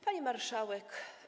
Pani Marszałek!